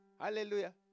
Hallelujah